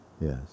Yes